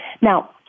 Now